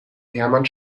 hermann